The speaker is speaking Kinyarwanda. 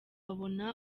abona